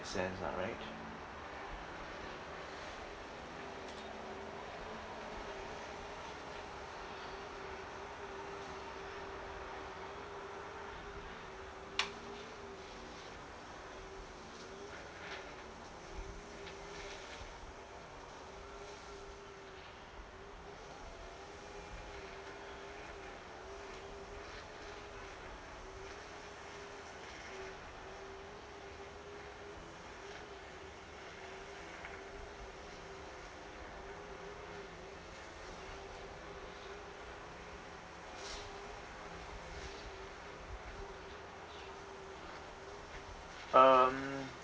sense lah right um